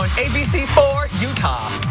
b c four news.